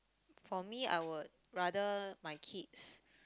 for me I would rather my kids